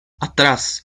atrás